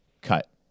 cut